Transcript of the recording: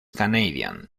canadian